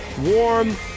warm